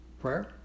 prayer